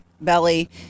belly